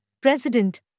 President